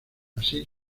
así